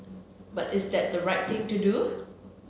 but is that the right thing to do